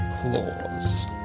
claws